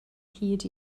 hyd